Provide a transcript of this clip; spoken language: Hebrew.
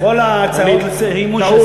טעות, טעות.